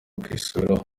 kwisubiraho